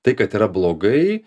tai kad yra blogai